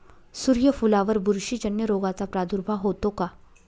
सूर्यफुलावर बुरशीजन्य रोगाचा प्रादुर्भाव होतो का?